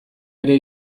ere